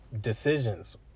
decisions